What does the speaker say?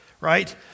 right